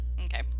Okay